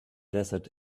desert